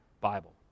Bible